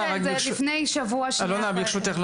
ברשותך,